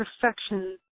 perfection